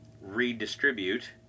redistribute